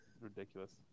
Ridiculous